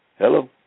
Hello